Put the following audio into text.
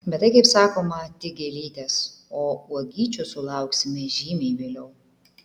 bet tai kaip sakoma tik gėlytės o uogyčių sulauksime žymiai vėliau